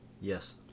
Yes